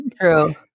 true